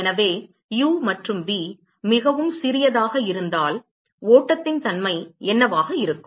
எனவே u மற்றும் v மிகவும் சிறியதாக இருந்தால் ஓட்டத்தின் தன்மை என்னவாக இருக்கும்